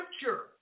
Scripture